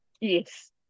Yes